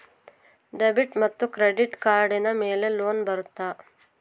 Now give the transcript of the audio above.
Debit ಮತ್ತು credit ಕಾರ್ಡಿನ ಮೇಲೆ ಲೋನ್ ಬರುತ್ತಾ?